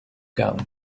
gum